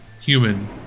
human